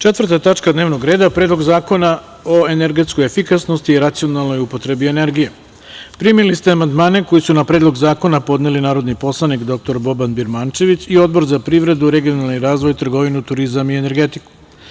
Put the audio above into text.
Četvrta tačka dnevnog reda – PREDLOG ZAKONA O ENERGETSKOJ EFIKASNOSTI I RACIONALNOJ UPOTREBI ENERGIJE Primili ste amandmane koje su na Predlog zakona podneli narodni poslanik dr Boban Birmančević i Odbor za privredu, regionalni razvoj, trgovinu, turizam i energetiku.